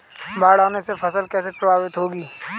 बाढ़ आने से फसल कैसे प्रभावित होगी?